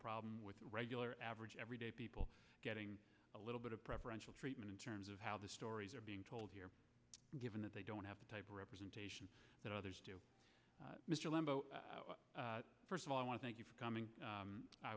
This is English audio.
problem with regular average everyday people getting a little bit of preferential treatment in terms of how the stories are being told here given that they don't have the type of representation that others do mr lembo first of all i want to thank you for coming